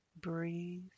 breathe